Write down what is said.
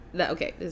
Okay